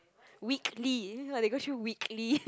weekly they go through weekly